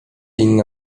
inne